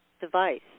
device